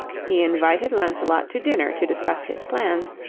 he invited lancelot to dinner to discuss his plans,